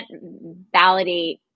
validate